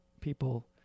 people